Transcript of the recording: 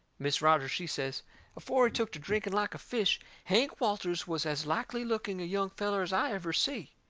mis' rogers, she says afore he took to drinking like a fish, hank walters was as likely looking a young feller as i ever see.